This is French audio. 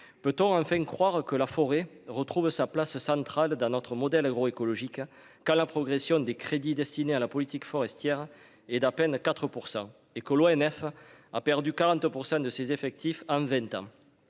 peut-on enfin croire que la forêt retrouve sa place centrale d'un autre modèle agro-écologique quand la progression des crédits destinés à la politique forestière et d'à peine 4 % et que l'ONF a perdu 40 % de ses effectifs en 20 ans